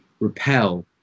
repel